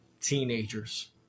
teenagers